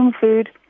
food